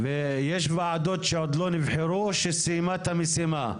יש ועדות שעוד לא נבחרו או שסיימה את המשימה?